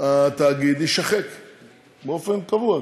התאגיד יישחק באופן קבוע,